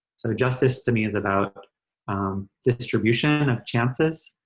so justice, to me, is about distribution of chances,